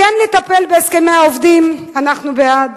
כן לטפל בהסכמי העובדים, אנחנו בעד.